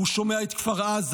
הוא שומע את כפר עזה.